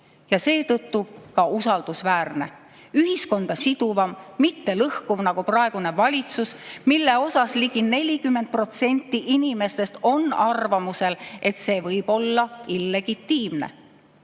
ja seetõttu ka usaldusväärne, ühiskonda siduv, mitte lõhkuv, nagu praegune valitsus, mille kohta ligi 40% inimestest on arvamusel, et see võib olla illegitiimne.